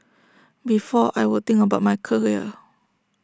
before I would think about my career